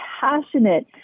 passionate